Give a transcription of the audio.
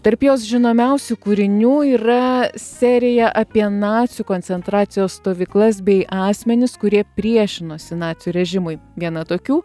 tarp jos žinomiausių kūrinių yra serija apie nacių koncentracijos stovyklas bei asmenys kurie priešinosi nacių režimui viena tokių